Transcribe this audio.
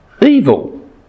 evil